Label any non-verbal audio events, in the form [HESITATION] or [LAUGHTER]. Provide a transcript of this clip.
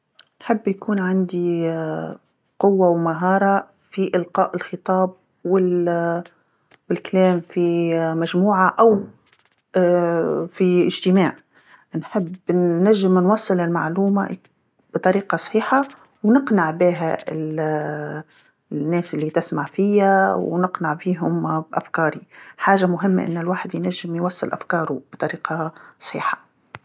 نحب يكون عندي [HESITATION] قوة ومهارة في إلقاء الخطاب وال- الكلام في [HESITATION] مجموعه أو [HESITATION] في اجتماع، نحب ن- نجم نوصل المعلومة بطريقة صحيحة ونقنع بيها ال- [HESITATION] الناس اللي تسمع فيا ونقنع فيهم بأفكاري. حاجه مهمه أن الواحد ينجم يوصل أفكارو بطريقه صحيحه.